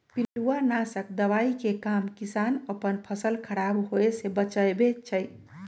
पिलुआ नाशक दवाइ के काम किसान अप्पन फसल ख़राप होय् से बचबै छइ